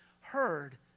heard